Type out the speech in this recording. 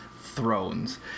thrones